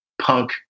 punk